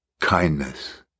kindness